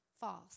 false